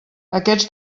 aquests